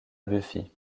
buffy